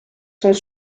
sont